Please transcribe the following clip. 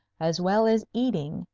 as well as eating,